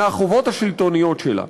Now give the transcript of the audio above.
מהחובות השלטוניות שלה.